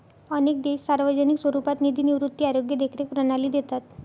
अनेक देश सार्वजनिक स्वरूपात निधी निवृत्ती, आरोग्य देखरेख प्रणाली देतात